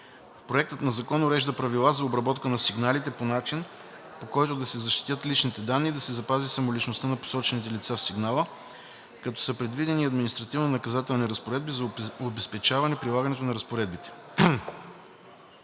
Проектът на закон урежда правила за обработка на сигналите по начин, по който да се защитят личните данни и да се запази самоличността на посочените лица в сигнала, като са предвидени и административнонаказателни разпоредби за обезпечаване прилагането на разпоредбите.